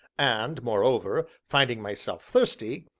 and, moreover, finding myself thirsty,